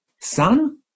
son